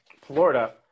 Florida